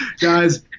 guys